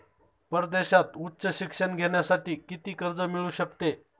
परदेशात उच्च शिक्षण घेण्यासाठी किती कर्ज मिळू शकते?